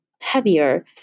heavier